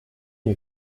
nie